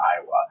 Iowa